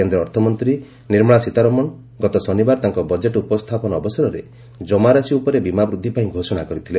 କେନ୍ଦ୍ର ଅର୍ଥମନ୍ତ୍ରୀ ନିର୍ମଳା ସୀତାରମଣ ଗତ ଶନିବାର ତାଙ୍କ ବଜେଟ୍ ଉପସ୍ଥାପନ ଅବସରରେ ଜମାରାଶି ଉପରେ ବୀମା ବୃଦ୍ଧି ପାଇଁ ଘୋଷଣା କରିଥିଲେ